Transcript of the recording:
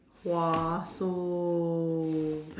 !wah! so